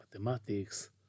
mathematics